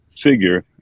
figure